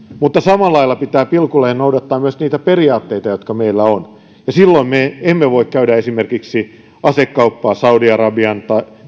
mutta samalla lailla pitää pilkulleen noudattaa myös niitä periaatteita jotka meillä on ja silloin me emme voi käydä esimerkiksi asekauppaa saudi arabian